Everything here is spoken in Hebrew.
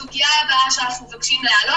הסוגיה הבאה שאנחנו מבקשים להעלות,